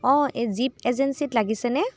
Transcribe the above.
অ' এই জীপ এজেঞ্চিত লাগিছেনে